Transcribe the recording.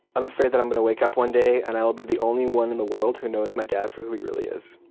i'm afraid that i'm going to wake up one day and i will be the only one in the world who knows my dad for who he really is.